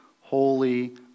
Holy